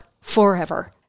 forever